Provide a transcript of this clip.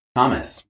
Thomas